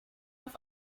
auf